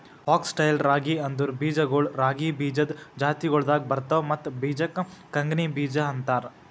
fox tail ರಾಗಿ ಅಂದುರ್ ಬೀಜಗೊಳ್ ರಾಗಿ ಬೀಜದ್ ಜಾತಿಗೊಳ್ದಾಗ್ ಬರ್ತವ್ ಮತ್ತ ಬೀಜಕ್ ಕಂಗ್ನಿ ಬೀಜ ಅಂತಾರ್